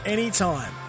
anytime